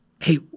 hey